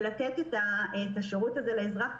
ולתת את השירות הזה לאזרח,